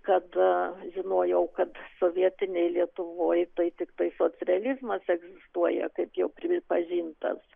kad žinojau kad sovietinėj lietuvoj tai tiktai socrealizmas egzistuoja kaip jau pripažintas